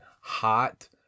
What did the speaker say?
hot